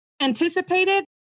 anticipated